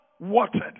Watered